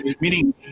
meaning